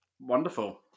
Wonderful